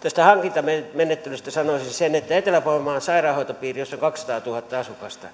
tästä hankintamenettelystä sanoisin sen että etelä pohjanmaan sairaanhoitopiiri jossa on kaksisataatuhatta asukasta